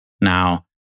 Now